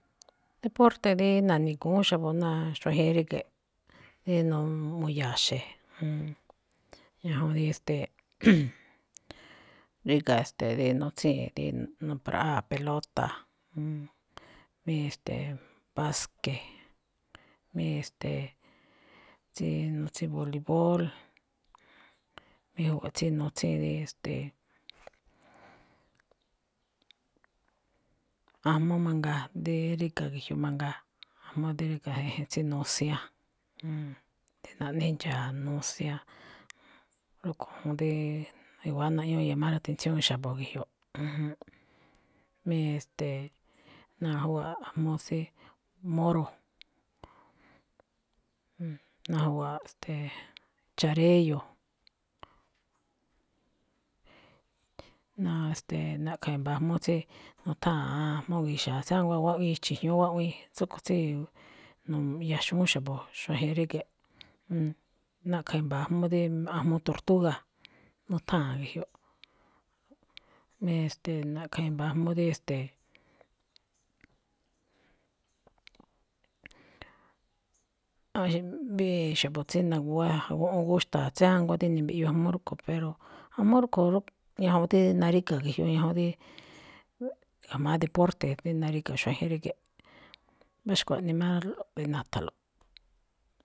deporte dí na̱ni̱gu̱ún xa̱bo̱ náa xuajen ríge̱ꞌ, eenu- mu̱ya̱xe̱, juun ñajuun dí, e̱ste̱e̱, ríga̱, e̱ste̱e̱, dí nutsíi̱n dí nu̱pra̱ꞌáa̱ pelota, mí e̱ste̱e̱, básque, mí e̱ste̱e̱, tsí nutsíin volibol. Mí júwa̱ꞌ tsí nutsíi̱n dí, e̱ste̱e̱. ajmúú mangaa dí ríga̱ ge̱jyo mangaa, ajmúú dí ríga̱, e̱je̱n tsí nusian. Naꞌne ndxa̱a̱ nusian, rúꞌkho̱ juun díí i̱wa̱á naꞌñúú llamar atención xa̱bo̱ ge̱jyoꞌ, junjún. Mí e̱ste̱e̱, najúwa̱ꞌ ajmúú tsí moro, najúwa̱ꞌ, e̱ste̱e̱, charéyo̱. na̱a̱-e̱ste̱e̱, na̱ꞌkha̱ i̱mba̱ ajmúú tsí nutháa̱n ajmúú gixa̱a̱, tsiánguá wáꞌwíi chi̱jñu̱ú, wáꞌwíí, tsúꞌkho̱ tsíi nu̱ya̱xu̱ún xa̱bo̱ xuajen ríge̱ꞌ. Na̱ꞌkha̱ i̱mba̱ ajmúú dí ajmúú tortuga, nutháa̱n ge̱jyoꞌ. Mí e̱ste̱e̱, na̱ꞌkha̱ i̱mba̱ ajmúú dí e̱ste̱e̱. mbíin xa̱bo̱ tsí naguwá guꞌwúún gúxta̱a̱, tsiánguá díni mbiꞌyuu ajmúú rúꞌkho̱, pero ajmúú rúꞌkho̱ róꞌ, ñajuun dí naríga̱ ge̱jyoꞌ ñajuun díí ga̱jma̱á deporte dí naríga̱ xuajen ríge̱ꞌ. mbá xkuaꞌnii má dí na̱tha̱nlo̱ꞌ.